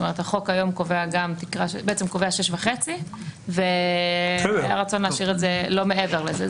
החוק היום קובע 6.5 אחוזים ורוצים להשאיר את זה לא מעבר לזה.